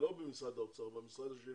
לא במשרד האוצר, במשרד השני